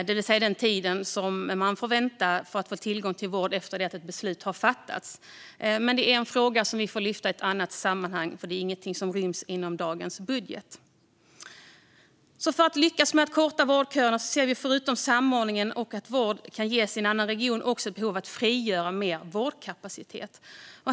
Det handlar alltså om den tid man får vänta på att få tillgång till vård efter det att beslut har fattats. Men det är en fråga som vi får lyfta i annat sammanhang, för det är ingenting som ryms inom dagens budget. För att lyckas med att korta vårdköerna ser vi förutom samordningen och att vård ska kunna ges i annan region också ett behov av att frigöra mer vårdkapacitet.